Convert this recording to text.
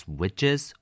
witches